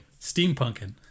steampunking